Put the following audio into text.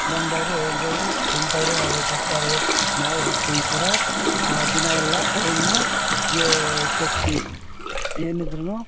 ಬಂದವರು ಹೋಗೊವ್ರು ತಿಂದವರು ಅವ್ರು ಬರ್ತಾರೆ ನಾವು ಹೋಗ್ತೀವಿ ಈ ಥರ ಆ ದಿನ ಎಲ್ಲ ಟೈಮ್ ಯ ಉಪ್ಯೋಗಿಸ್ತೀವಿ ಏನಿದ್ರು